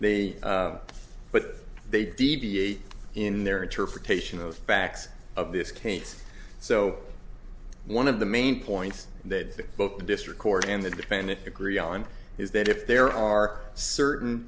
they but they deviate in their interpretation of the facts of this case so one of the main points that both the district court and the defendant the agree on is that if there are certain